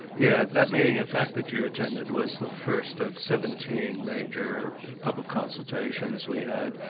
yeah that meeting in fact that you attended was the first of seventeen major public consultations we had,